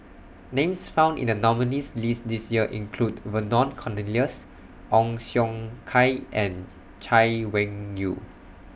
Names found in The nominees' list This Year include Vernon Cornelius Ong Siong Kai and Chay Weng Yew